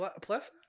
plus